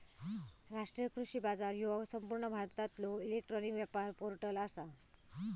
राष्ट्रीय कृषी बाजार ह्यो संपूर्ण भारतातलो इलेक्ट्रॉनिक व्यापार पोर्टल आसा